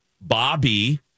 Bobby